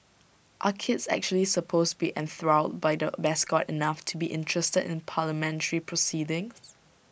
are kids actually supposed to be enthralled by the mascot enough to be interested in parliamentary proceedings